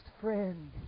friend